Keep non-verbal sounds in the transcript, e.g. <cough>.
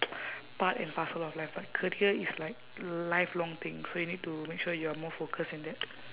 <noise> part and parcel of life but career is like life long thing so you need to make sure you are more focused in that